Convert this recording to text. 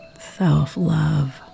self-love